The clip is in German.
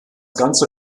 ganze